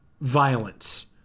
violence